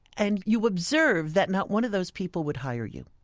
and you observe that not one of those people would hire you.